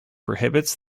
prohibits